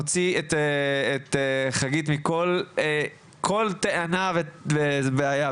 אני מוציא את חגית מכל טענה ובעיה,